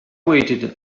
waited